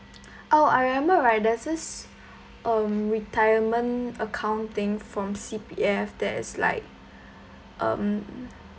oh I remember like there's this um retirement account thing from C_P_F that's like um